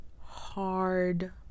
hard